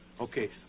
Okay